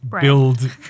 build